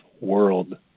world